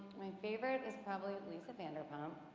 my favorite is probably and lisa vanderpump.